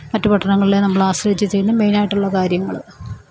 മറ്റു പട്ടണങ്ങളിലെ നമ്മളെ ആശ്രയിച്ച് ചെയ്യുന്ന മെയിനായിട്ടുള്ള കാര്യങ്ങൾ